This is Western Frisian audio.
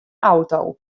auto